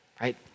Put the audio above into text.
right